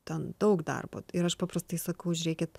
ten daug darbo ir aš paprastai sakau žiūrėkit